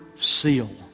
seal